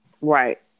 Right